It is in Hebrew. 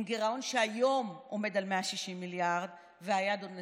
גירעון שהיום עומד על 160 מיליארד והיד עוד נטויה.